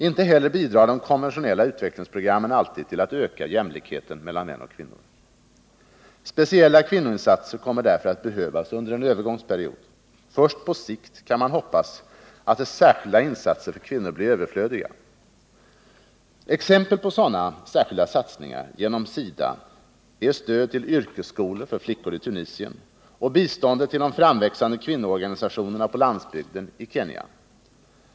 Inte heller bidrar de konventionella utvecklingsprogrammen alltid till att öka jämlikheten mellan män och kvinnor. Speciella kvinnoinsatser kommer därför att behövas under en övergångsperiod. Först på sikt kan man hoppas att särskilda insatser för kvinnor blir överflödiga. Exempel på sådana satsningar genom SIDA är stödet till yrkesskolor för flickor i Tunisien och biståndet till de framväxande kvinnoorganisationerna på landsbygden i Kenya.